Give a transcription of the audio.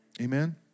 Amen